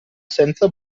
senza